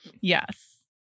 yes